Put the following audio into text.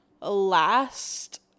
last